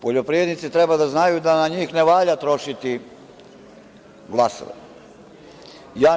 Poljoprivrednici treba da znaju da na njih ne valja trošiti glasove.